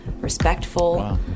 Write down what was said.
respectful